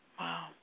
Wow